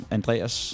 Andreas